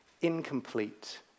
incomplete